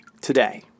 today